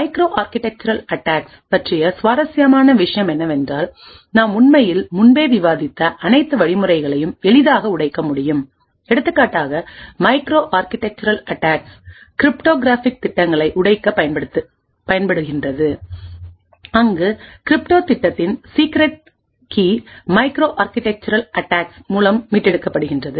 micro architectural attacks பற்றிய சுவாரஸ்யமான விஷயம் என்னவென்றால் நாம் உண்மையில்முன்பே விவாதித்த அனைத்து வழிமுறைகளையும் எளிதாக உடைக்க முடியும் எடுத்துக்காட்டாக மைக்ரோ ஆர்க்கிடெக்சுரல் அட்டாக்ஸ் கிரிப்டோகிராஃபிக் திட்டங்களை உடைக்கப் பயன்படுகிறது அங்கு கிரிப்டோ திட்டத்தின் secret key micro architectural attacks மூலம் மீட்டெடுக்கப்படுகிறது